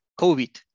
COVID